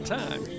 time